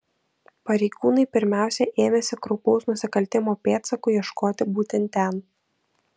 pareigūnai pirmiausia ėmėsi kraupaus nusikaltimo pėdsakų ieškoti būtent ten